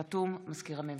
חתום: מזכיר הממשלה.